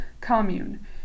commune